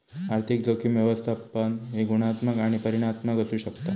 आर्थिक जोखीम व्यवस्थापन हे गुणात्मक आणि परिमाणात्मक असू शकता